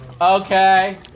Okay